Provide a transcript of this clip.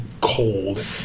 cold